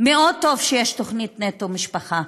מאוד טוב שיש תוכנית נטו משפחה,